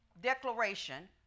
declaration